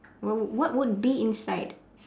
what would be inside